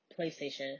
PlayStation